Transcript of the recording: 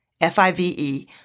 F-I-V-E